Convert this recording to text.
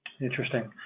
interesting